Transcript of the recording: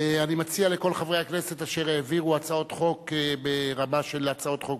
אני מציע לכל חברי הכנסת אשר העבירו הצעות חוק ברמה של הצעות חוק